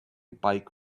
bike